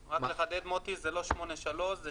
רק לחדד, מוטי, זה לא 8(3), זה